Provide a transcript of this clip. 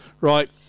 right